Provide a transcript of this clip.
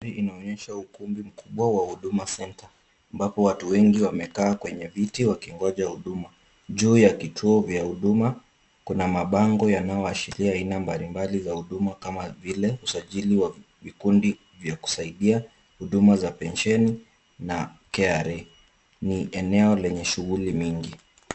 Linaonyesha ukubwa wa huduma centre ambapo watu wengi wamekaa kwenye viti wakingoja huduma. Juu ya kituo vya huduma kuna mabango yanayoashiria aina mbali mbali za huduma kama vile usajili wa vikundi vya kusaidia, huduma za pensheni na KRA. Ni eneo lenye shughuli mingi.